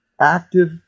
active